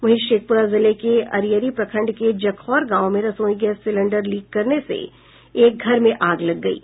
वहीं शेखपुरा जिले के अरियरी प्रखंड के जखौर गांव में रसोई गैस सिलेंडर लीक करने से एक घर में आग लग गयी